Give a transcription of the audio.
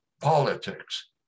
politics